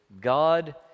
God